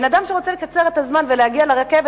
בן-אדם שרוצה לקצר את הזמן ולהגיע לרכבת,